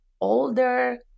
older